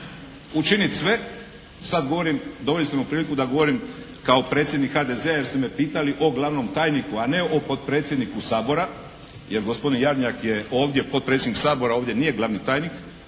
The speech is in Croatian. učiniti sve, sada govorim, doveli ste me u priliku da govorim kao predsjednik HDZ-a jer ste me pitali o glavnom tajniku, a ne o potpredsjedniku Sabora jer gospodin Jarnjak je ovdje potpredsjednik Sabora, ovdje nije glavni tajnik